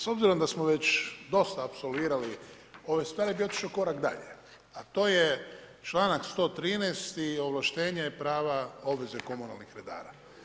Pa s obzirom da smo već dosta apsolvirali ove stvari ja bih otišao korak dalje, a to je članak 113. i ovlaštenje i prava, obveze komunalnih redara.